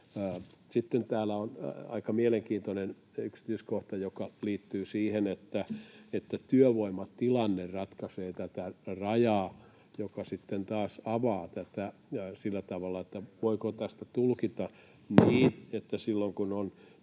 Sitten täällä on aika mielenkiintoinen yksityiskohta, joka liittyy siihen, että työvoimatilanne ratkaisee tätä rajaa, joka sitten taas avaa tätä sillä tavalla, että voiko tästä tulkita niin, että silloin kun on